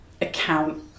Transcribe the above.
account